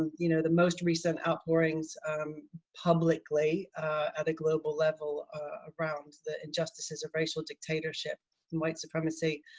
you know the most recent outpourings publicly at a global level around the injustices of racial dictatorship and white supremacy.